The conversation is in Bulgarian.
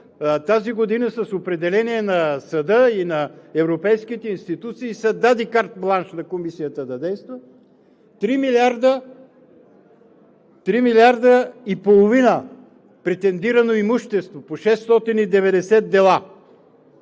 тази година с определение на съда и на европейските институции се даде картбланш на Комисията да действа – три милиарда и половина претендирано имущество по 690 дела.